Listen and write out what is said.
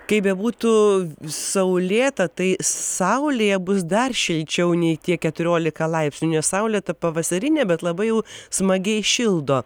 kaip bebūtų saulėta tai saulė bus dar šilčiau nei tie keturiolika laipsnių nes saulė ta pavasarinė bet labai jau smagiai šildo